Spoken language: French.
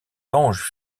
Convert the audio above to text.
langes